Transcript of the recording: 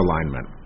alignment